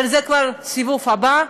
אבל זה כבר בסיבוב הבא,